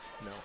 No